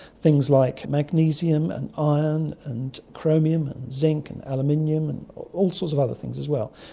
things like magnesium and iron and chromium and zinc and aluminium, and all sorts of other things as well.